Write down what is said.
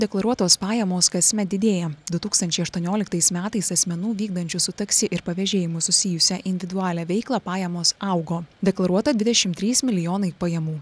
deklaruotos pajamos kasmet didėja du tūkstančiai aštuonioliktais metais asmenų vykdančių su taksi ir pavėžėjimu susijusią individualią veiklą pajamos augo deklaruota dvidešim trys milijonai pajamų